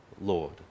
Lord